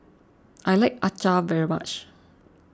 I like Acar very much